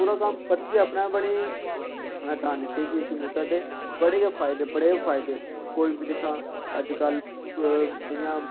पूरा कम्म पर्चियां अपने आप बनी दियां में तां दिक्खेआ जे कंप्यूटर दे बड़े गै फायदे बड़े गै फायदे कोई बी दिक्खो अजकल जि'यां